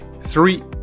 Three